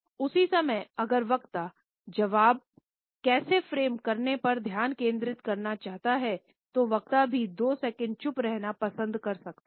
उस ही समय अगर वक्ता जबाब कैसे फ्रेम करने पर ध्यान केंद्रित करना चाहता है तो वक्ता भी दो सेकंड चुप रहना पसंद कर सकता हैं